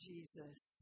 Jesus